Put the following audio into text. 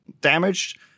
damaged